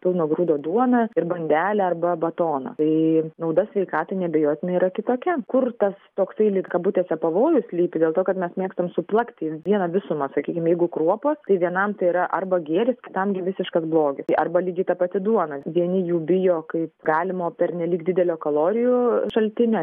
pilno grūdo duoną ir bandelę arba batoną tai nauda sveikatai neabejotinai yra kitokia kur tas toksai lyg kabutėse pavojus slypi dėl to kad mes mėgstam suplakti į vieną visumą sakykim jeigu kruopos tai vienam tai yra arba gėris kitam visiškas blogis tai arba lygiai ta pati duona vieni jų bijo kaip galimo pernelyg didelio kalorijų šaltinio